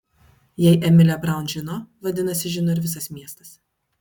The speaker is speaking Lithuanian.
jei emilė braun žino vadinasi žino ir visas miestas